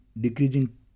decreasing